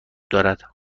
دارد